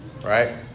right